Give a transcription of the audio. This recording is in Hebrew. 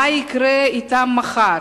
מה יקרה אתם מחר?